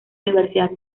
universidad